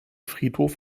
friedhof